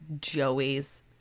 joey's